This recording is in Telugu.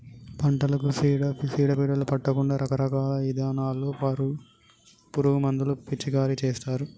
పంటలకు సీడ పీడలు పట్టకుండా రకరకాల ఇథానాల్లో పురుగు మందులు పిచికారీ చేస్తారు